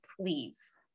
please